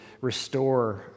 restore